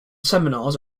seminars